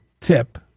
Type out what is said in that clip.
tip